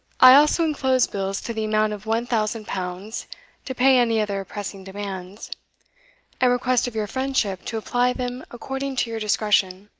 i also enclose bills to the amount of one thousand pounds to pay any other pressing demands, and request of your friendship to apply them according to your discretion.